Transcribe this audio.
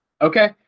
Okay